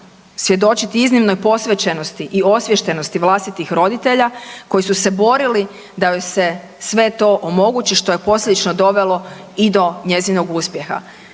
svjedočiti iznimnoj posvećenosti i osviještenosti vlastitih roditelja koji su se borili da joj se sve to omogući što je posljedično dovelo i do njezinog uspjeha.